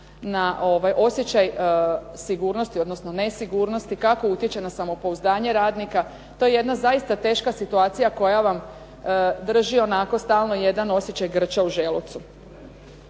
na osjećaj sigurnosti, odnosno nesigurnosti, kako utječe na samopouzdanje radnika. To je jedna zaista teška situacija koja vam drži onako stalno jedan osjećaj grča u želucu.